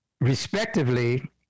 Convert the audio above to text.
respectively